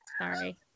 sorry